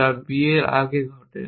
যা b এর আগে ঘটে